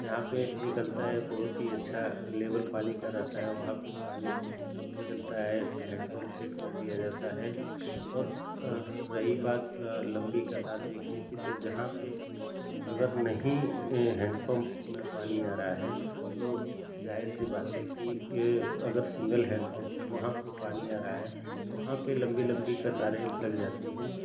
जहाँ पर निकलता है बहुत ही अच्छा लेवल पानी का रहता है वहाँ पर पानी निकलता है हैन्डपम्प सेट कर दिया जाता है और रही बात लम्बी कतार देखने की तो जहाँ पर अगर नहीं हैन्डपम्प में पानी आ रहा है तो जाहिर सी बात है कि अगर सिन्गल हैन्डपम्प है वहाँ पर पानी आ रहा है तो वहाँ पर लम्बी लम्बी कतारें लग जाती हैं